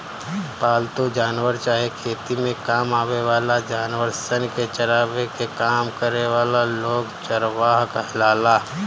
पालतू जानवर चाहे खेती में काम आवे वाला जानवर सन के चरावे के काम करे वाला लोग चरवाह कहाला